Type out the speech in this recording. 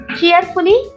cheerfully